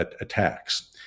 attacks